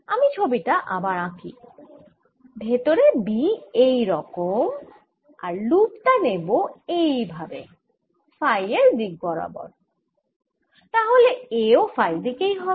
আমি ছবি টা আবার আঁকি ভেতরে B এই রকম আর লুপ টা নেব এইভাবে ফাই এর দিক বরাবর তাহলে A ও ফাই দিকেই হবে